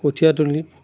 কঠীয়াতলিত